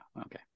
okay